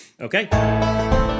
Okay